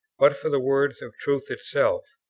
but for the words of truth itself,